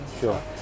Sure